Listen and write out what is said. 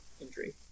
injury